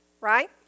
right